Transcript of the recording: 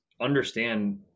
understand